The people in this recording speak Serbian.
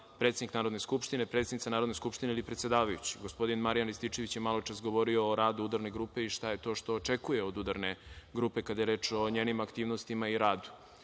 predsednik Narodne skupštine, predsednica Narodne skupštine ili predsedavajući. Gospodin Marijan Rističević je maločas govorio o radu udarne grupe i šta to što očekuje od udarne grupe, kada je reč o njenim aktivistima i radu.